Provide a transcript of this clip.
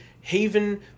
Haven